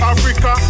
Africa